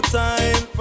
time